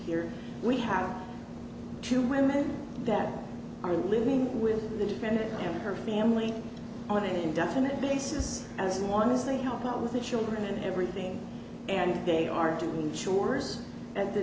here we have two women that are living with the defendant and her family on an indefinite basis as one is they help out with the children and everything and they are two jurors that the